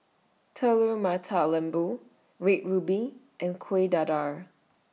Telur Mata Lembu Red Ruby and Kueh Dadar